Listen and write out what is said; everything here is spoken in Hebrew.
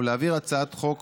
ולהעביר הצעת חוק